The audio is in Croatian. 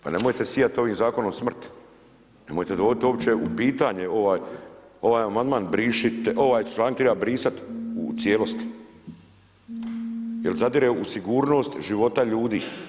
Pa nemojte sijat ovim zakonom smrt, nemojte dovodit uopće u pitanje ovaj amandman, ovaj članak treba brisat u cijelosti jer zadire u sigurnost života ljudi.